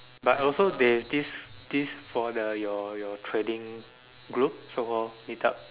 but also they this this for the your your trading group so called meetup